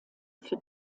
für